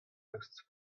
eus